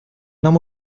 нам